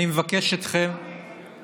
אני מבקש אתכם,